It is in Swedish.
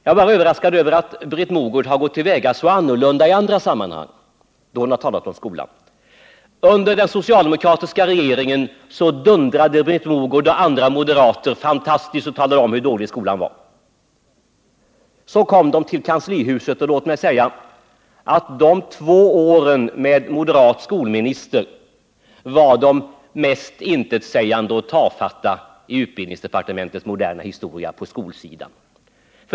Jag är bara överraskad över att Britt Mogård har gått till väga så annorlunda i andra sammanhang, då hon har talat om skolan. Under den socialdemokratiska regeringen dundrade Britt Mogård och andra moderater alldeles fantastiskt och talade om hur dålig skolan var. Så kom de till kanslihuset, och låt mig säga att de två åren med en moderat skolminister var de mest intetsägande och tafatta i utbildningsdepartementets moderna historia på skolsidan.